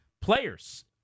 Players